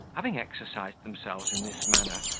having exercised themselves in this manner,